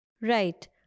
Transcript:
Right